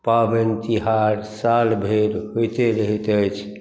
पाबनि तिहार साल भरि होइते रहैत अछि